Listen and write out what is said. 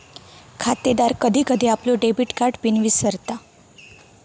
खातेदार कधी कधी आपलो डेबिट कार्ड पिन विसरता